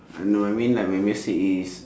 uh no I mean like my message is